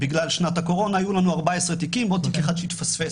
בגלל שנת הקורונה היו לנו 14 תיקים ועוד תיק אחד שהתפספס.